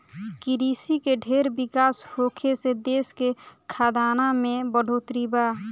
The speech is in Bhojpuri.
कृषि के ढेर विकास होखे से देश के खाद्यान में बढ़ोतरी बा